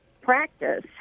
practice